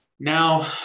Now